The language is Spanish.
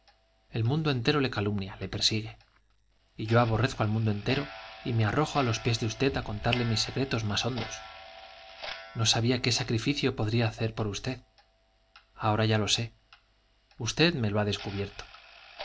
el mundo entero le calumnia le persigue y yo aborrezco al mundo entero y me arrojo a los pies de usted a contarle mis secretos más hondos no sabía qué sacrificio podría hacer por usted ahora ya lo sé usted me lo ha descubierto